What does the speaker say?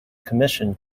commissioned